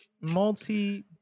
multi